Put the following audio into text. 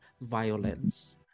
violence